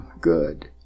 good